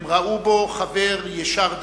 הם ראו בו חבר ישר דרך,